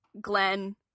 Glenn